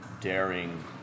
Daring